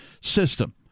system